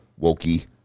wokey